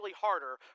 harder